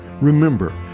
Remember